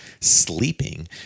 sleeping